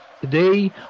Today